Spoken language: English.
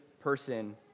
person